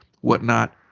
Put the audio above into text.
whatnot